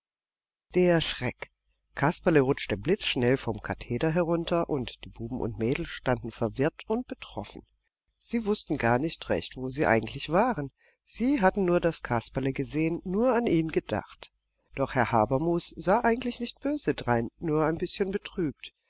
der schreck kasperle rutschte blitzschnell vom katheder herunter und die buben und mädel standen verwirrt und betroffen sie wußten gar nicht recht wo sie eigentlich waren sie hatten nur das kasperle gesehen nur an ihn gedacht doch herr habermus sah eigentlich nicht böse drein nur ein bißchen betrübt